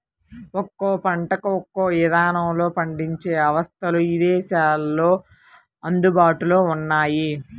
ఒక్కో పంటకు ఒక్కో ఇదానంలో పండించే అవస్థలు ఇదేశాల్లో అందుబాటులో ఉన్నయ్యి